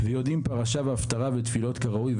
יודעים פרשה, הפטרה ותפילות כראוי.